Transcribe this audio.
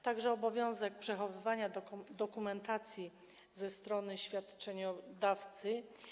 Także obowiązek przechowywania dokumentacji ze strony świadczeniodawcy.